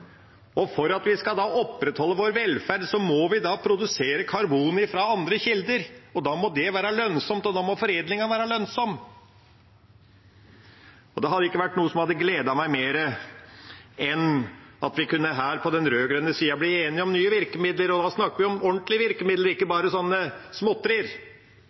For at vi da skal opprettholde vår velferd, må vi produsere karbon fra andre kilder. Da må det være lønnsomt, da må foredlingen være lønnsom Det hadde ikke vært noe som hadde gledet meg mer enn at vi på den rød-grønne siden kunne blitt enige om nye virkemidler. Da snakker vi om ordentlige virkemidler, og ikke